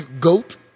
Goat